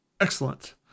excellent